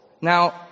Now